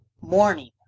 Morning